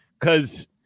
Cause